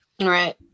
right